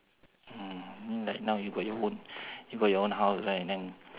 mm I mean like now you got your own you got your own house right then